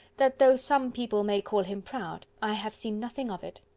that though some people may call him proud, i have seen nothing of it.